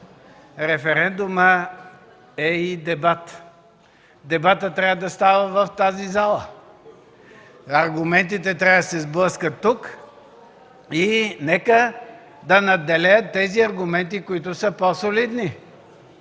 референдумът е и дебат. Дебатът трябва да става в тази зала. Аргументите трябва да се сблъскат тук и нека да надделеят тези аргументи, които са по-солидни.